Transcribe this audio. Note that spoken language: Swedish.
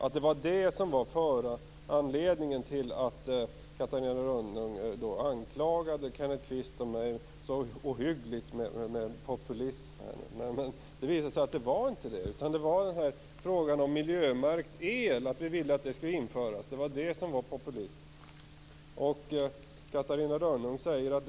Jag trodde att det var det som var anledningen till att Catarina Rönnung anklagade Kenneth Kvist och mig så ohyggligt för populism. Men det visade sig att det inte var det, utan det var detta att vi ville att det skulle införas miljömärkt el som var populism. Catarina Rönnung säger att